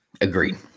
Agreed